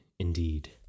Indeed